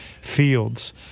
fields